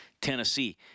Tennessee